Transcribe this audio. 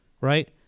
right